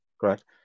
correct